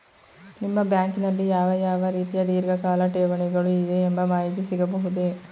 ನಿಮ್ಮ ಬ್ಯಾಂಕಿನಲ್ಲಿ ಯಾವ ಯಾವ ರೀತಿಯ ಧೀರ್ಘಕಾಲ ಠೇವಣಿಗಳು ಇದೆ ಎಂಬ ಮಾಹಿತಿ ಸಿಗಬಹುದೇ?